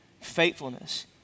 faithfulness